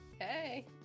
Hey